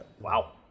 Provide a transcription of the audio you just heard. Wow